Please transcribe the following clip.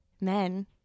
men